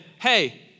hey